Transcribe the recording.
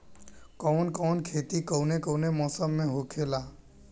कवन कवन खेती कउने कउने मौसम में होखेला?